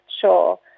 sure